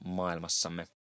maailmassamme